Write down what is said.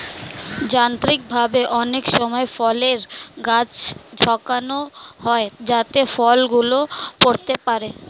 যান্ত্রিকভাবে অনেক সময় ফলের গাছকে ঝাঁকানো হয় যাতে ফল গুলো পড়তে পারে